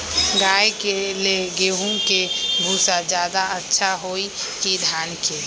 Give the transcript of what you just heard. गाय के ले गेंहू के भूसा ज्यादा अच्छा होई की धान के?